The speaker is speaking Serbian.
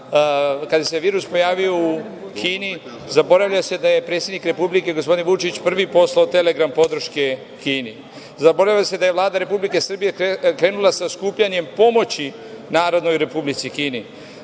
kada se virus pojavio u Kini, zaboravlja se da je predsednik Republike gospodin Vučić prvi poslao telegram podrške Kini. Zaboravlja se da je Vlada Republike Srbije krenula sa skupljanjem pomoći Narodnoj Republici Kini.